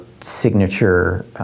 signature